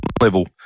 level